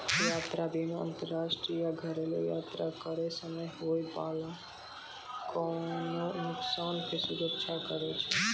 यात्रा बीमा अंतरराष्ट्रीय या घरेलु यात्रा करै समय होय बाला कोनो नुकसानो के सुरक्षित करै छै